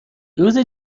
روز